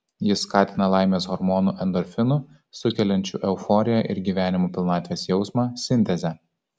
jis skatina laimės hormonų endorfinų sukeliančių euforiją ir gyvenimo pilnatvės jausmą sintezę